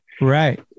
Right